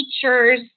teachers